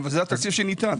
זה התקציב שניתן.